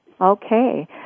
Okay